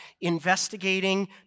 investigating